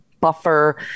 buffer